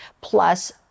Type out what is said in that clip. plus